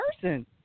person